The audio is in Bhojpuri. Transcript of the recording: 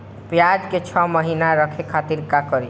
प्याज के छह महीना रखे खातिर का करी?